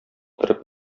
торып